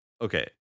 Okay